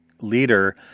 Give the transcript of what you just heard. leader